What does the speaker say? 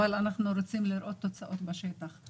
אבל אנחנו רוצים לראות תוצאות בשטח.